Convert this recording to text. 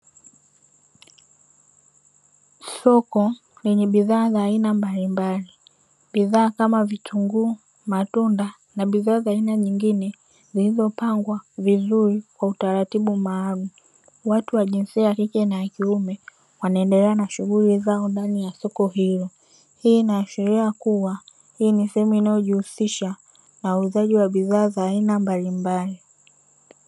Soko lenye bidhaa za aina mbalimbali bidhaa kama vitunguu, matunda, na bidhaa za aina nyingine, zilizopangwa vizuri kwa utaratibu maalumu. Watu wa jinsia ya kike na kiume wanaendelea na shughuli zao ndani ya soko hilo. Hii inaashiria kuwa hii ni sehemu inayojihusisha na uuzaji wa bidhaa za aina mbalimbali.